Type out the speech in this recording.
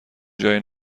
جای